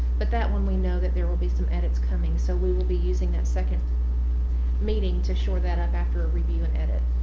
but that one we know that there will be some edits coming. so we will be using that second meeting to shore that up after review and edit.